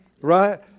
Right